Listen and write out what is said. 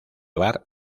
bar